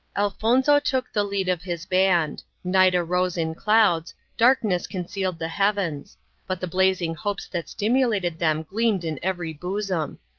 elfonzo took the lead of his band. night arose in clouds darkness concealed the heavens but the blazing hopes that stimulated them gleamed in every bosom.